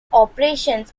operations